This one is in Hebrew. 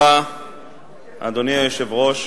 אדוני היושב-ראש,